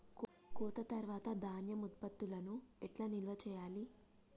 కోత తర్వాత ధాన్యం ఉత్పత్తులను ఎట్లా నిల్వ చేయాలి?